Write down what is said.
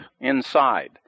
inside